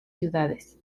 ciudades